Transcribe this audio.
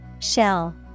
Shell